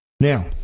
Now